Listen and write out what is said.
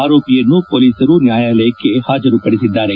ಆರೋಪಿಯನ್ನು ಪೊಲೀಸರು ನ್ಯಾಯಾಲಯಕ್ಕೆ ಹಾಜರು ಪಡಿಸಿದ್ದಾರೆ